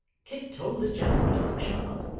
kit told this gentleman to look sharp,